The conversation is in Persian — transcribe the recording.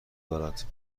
دارد